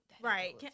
Right